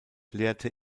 lehrte